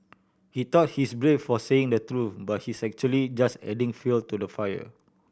he thought he is brave for saying the truth but he's actually just adding fuel to the fire